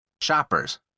Shoppers